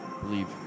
believe